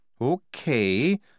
Okay